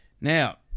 Now